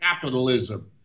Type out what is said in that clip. capitalism